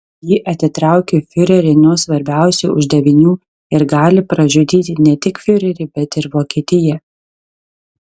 ji atitraukė fiurerį nuo svarbiausių uždavinių ir gali pražudyti ne tik fiurerį bet ir vokietiją